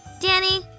Danny